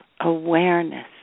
awareness